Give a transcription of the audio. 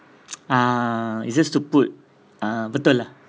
uh is just to put ah betul lah